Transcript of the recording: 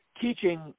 teaching